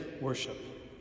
worship